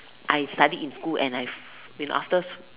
I studied in school and I've been after